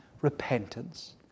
repentance